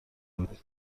بود